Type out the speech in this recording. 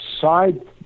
side